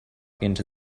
into